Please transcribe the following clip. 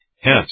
Hence